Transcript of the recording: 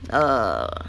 err